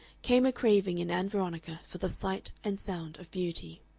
came a craving in ann veronica for the sight and sound of beauty.